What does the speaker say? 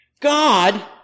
God